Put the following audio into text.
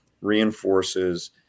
reinforces